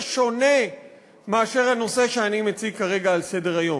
שונה מהנושא שאני מציג כרגע על סדר-היום.